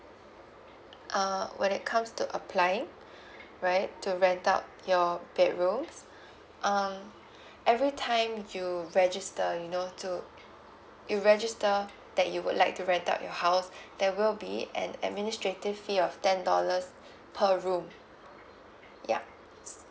uh when it comes to applying right to rent out your bedrooms um every time you register you know to you register that you would like to rent out your house there will be an administrative fee of ten dollars per room ya